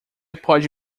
pode